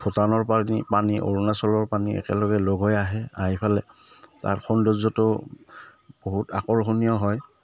ভূটানৰ পানী পানী অৰুণাচলৰ পানী একেলগে লগ হৈ আহে আহি পালে তাৰ সৌন্দৰ্যটো বহুত আকৰ্ষণীয় হয়